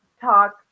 talk